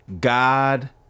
God